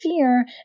fear